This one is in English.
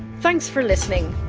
thanks for listening